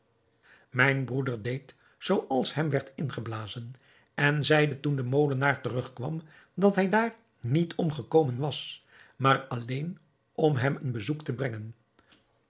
mijn broeder deed zooals hem werd ingeblazen en zeide toen de molenaar terugkwam dat hij daar niet om gekomen was maar alleen om hem een bezoek te brengen